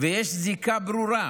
ויש זיקה ברורה